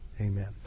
Amen